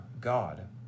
God